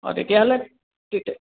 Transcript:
অঁ তেতিয়াহ'লে